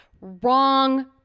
Wrong